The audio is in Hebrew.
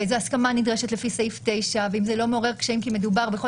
איזו הסכמה נדרשת לפי סעיף 9 והאם זה לא מעורר קשיים כי מדובר בכל